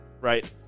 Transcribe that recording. right